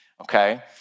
Okay